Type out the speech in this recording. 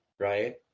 right